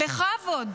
בכבוד.